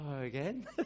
again